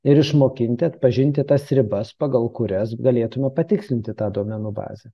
ir išmokinti atpažinti tas ribas pagal kurias galėtume patikslinti tą duomenų bazę